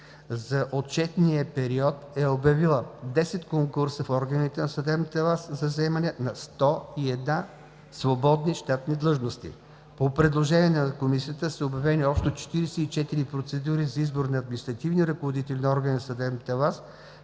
за отчетния период е обявила десет конкурса в органите на съдебната власт за заемане на 101 свободни щатни длъжности. По предложение на Комисията са обявени общо 44 процедури за избор на административни ръководители на органите на съдебната